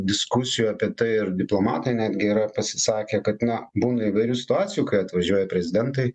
diskusijų apie tai ir diplomatai netgi yra pasisakę kad na būna įvairių situacijų kai atvažiuoja prezidentai